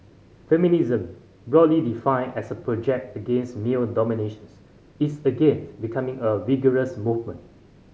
feminism broadly defined as a project against male dominations is again becoming a vigorous movement